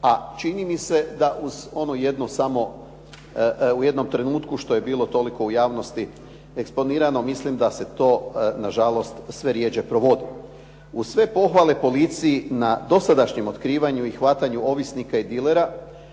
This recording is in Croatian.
a čini mi se da uz onu jednu samo u jednom trenutku što je bilo toliko u javnosti eksponirano mislim da se to nažalost sve rjeđe provodi. Uz sve pohvale policiji na dosadašnjem otkrivanju i hvatanju ovisnika i dilera